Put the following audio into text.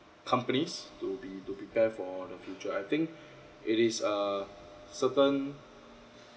companies to be to prepare for the future I think it is err certain